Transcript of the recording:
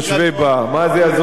מה זה יעזור מה אני רוצה?